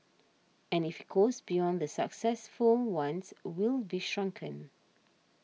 and if it goes beyond the successful ones we'll be shrunken